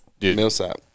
Millsap